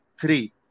three